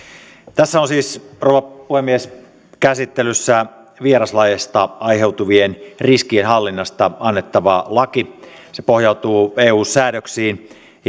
on siis rouva puhemies käsittelyssä vieraslajeista aiheutuvien riskien hallinnasta annettava laki se pohjautuu eu säädöksiin